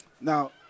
Now